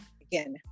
again